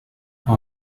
how